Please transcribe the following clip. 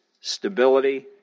stability